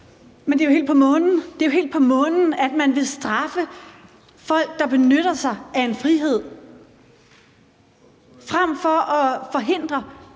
månen. Det er jo helt på månen, at man vil straffe folk, der benytter sig af en frihed, frem for at forhindre,